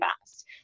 fast